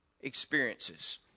experiences